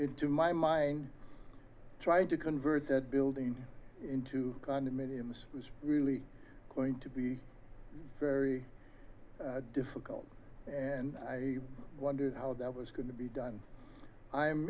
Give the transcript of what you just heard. bit to my mind trying to convert that building into condominiums was really going to be very difficult and i wondered how that was going to be done i'm